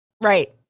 Right